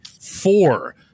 four